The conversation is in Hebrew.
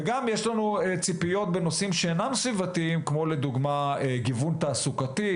וגם יש לנו ציפיות בנושאים שאינם סביבתיים כמו לדוגמא גיוון תעסוקתי,